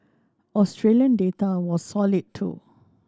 Australian data was solid too